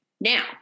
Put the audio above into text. Now